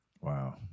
Wow